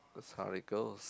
looks how it goes